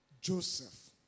Joseph